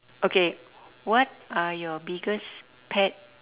okay what are your biggest pet